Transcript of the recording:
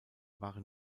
waren